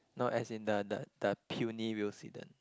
no as in the the the puny Wilsidon